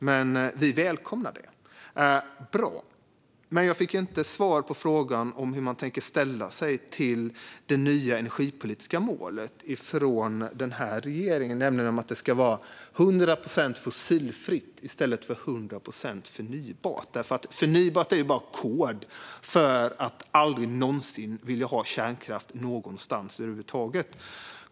Men vi välkomnar det; det är bra! Jag fick inte svar på frågan om hur man tänker ställa sig till det nya energipolitiska målet från den här regeringen, nämligen att det ska vara 100 procent fossilfritt i stället för 100 procent förnybart. Förnybart är bara kod för att aldrig någonsin vilja ha kärnkraft någonstans över huvud taget.